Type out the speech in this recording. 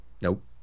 Nope